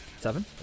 seven